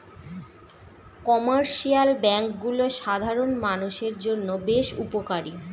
commercial ব্যাঙ্কগুলো সাধারণ মানষের জন্য বেশ উপকারী